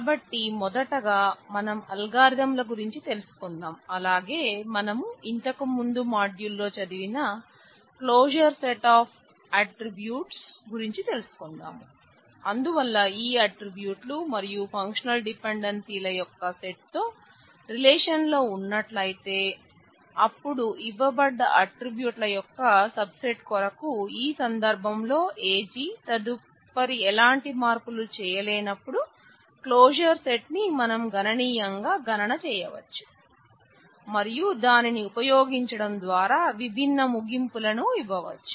కాబట్టి మొదటగా మనం అల్గారిథం ల గురించి తెలుసుకుందాం అలాగే మనం ఇంతకు ముందు మాడ్యూల్ లో చదివిన క్లోజర్ సెట్ ఆఫ్ ఆట్రిబ్యూట్స్ ఉన్నట్లయితే అప్పుడు ఇవ్వబడ్డ ఆట్రిబ్యూట్ల యొక్క సబ్ సెట్ కొరకు ఈ సందర్భంలో AG తదుపరి ఎలాంటి మార్పులు చేయలేనప్పుడు క్లోజర్ సెట్ ని మనం గణనీయంగా గణన చేయవచ్చు మరియు దానిని ఉపయోగించడం ద్వారా విభిన్న ముగింపులను ఇవ్వవచ్చు